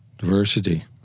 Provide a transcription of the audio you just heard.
Diversity